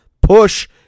push